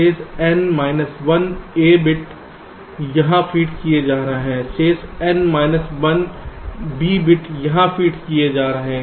शेष n minus 1 A bit यहाँ feed किया जा रहा है शेष n माइनस 1 B का बिट यहाँ फीड किया जा रहा है